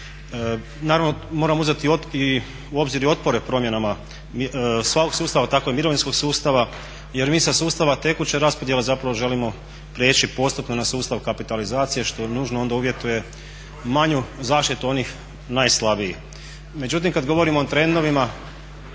Naravno moramo uzeti u obzir i otpore promjenama svakog sustava tako i mirovinskog sustava jer mi sa sustava tekuće raspodjele zapravo želimo prijeći postupno na sustav kapitalizacije što nužno onda uvjetuje manju zaštitu onih najslabijih. Međutim, kada govorimo o trendovima